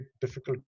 difficult